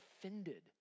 offended